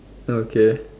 okay